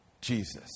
Jesus